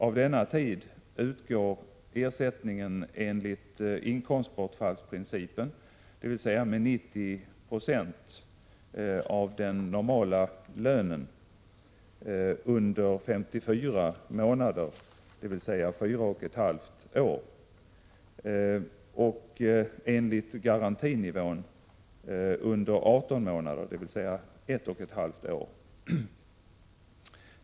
Av denna tid utgår ersättning enligt inkomstbortfallsprincipen, dvs. med 90 96 av den normala lönen, under 54 månader, dvs. 41 2 år.